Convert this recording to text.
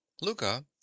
Luca